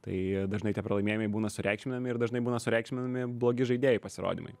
tai dažnai tie pralaimėjimai būna sureikšminami ir dažnai būna sureikšminami blogi žaidėjų pasirodymai